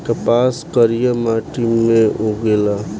कपास करिया माटी मे उगेला